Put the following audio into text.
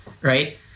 right